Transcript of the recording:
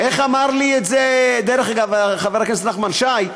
איך אמר לי את זה, דרך אגב, חבר הכנסת נחמן שי,